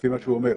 לי מה שהוא אומר.